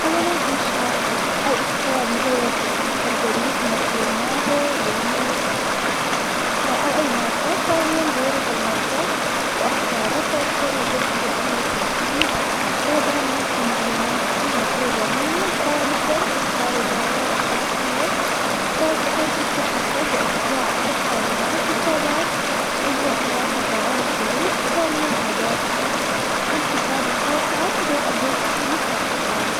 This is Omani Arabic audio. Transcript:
أولاً, إنشاء- أو اختيار مزود البريد, مثلاً, ياهو, جي ميل, أو أي موقع, ثانياً, زيارة الموقع, وأختاره, ثالثاً, البدء في عمل التسجيل, رابعاً, ملئ المعلومات المطلوبة مني, وخامساً, إدخال البيانات الشخصية, سادساً, التحقق, واتباع التعليمات, وسابعاً, إجراء موافقة على الشروط, وثامناً, إعداد الحساب, وتاسعاً, بالبدء في إستخدامه.